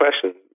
question